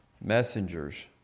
Messengers